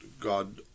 God